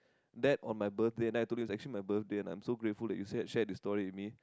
that on my birthday and then I told him it's actually my birthday and I'm so grateful that you said share this story with me